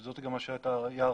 זה גם היה הרעיון.